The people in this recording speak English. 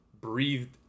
breathed